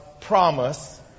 promise